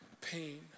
pain